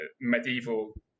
medieval